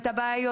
את הבעיות